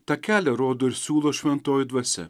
tą kelią rodo ir siūlo šventoji dvasia